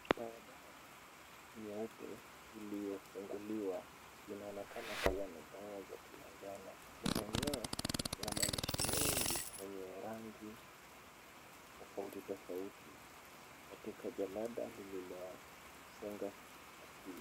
Chupa ya dawa nyeupe iliyofunguliwa. Inaonekana kuwa na dawa za kimanjano. Chupa yenyewe ina maandishi mengi yenye rangi tofauti tofauti, katika jalada lililofunga chupa hiyo.